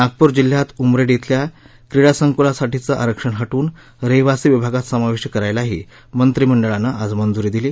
नागपूर जिल्ह्यात उमरेड शिल्या क्रीडा संकुलासाठीचं आरक्षण हटवून रहिवासी विभागात समाविष्ट करायलाही मंत्रीमंडळानं आज मंजुरी दिली